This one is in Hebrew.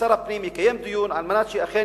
ששר הפנים יקיים דיון על מנת שאכן